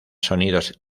sonidos